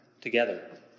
together